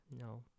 No